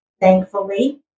thankfully